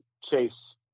chase